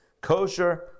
Kosher